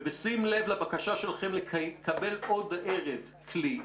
ובשים לב לבקשה שלכם עוד הערב כלי,